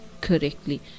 correctly